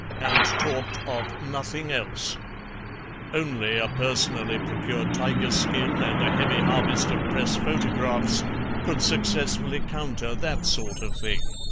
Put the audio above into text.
and talked of nothing else only a personally procured tiger-skin and a heavy harvest of press photographs could successfully counter that sort of thing.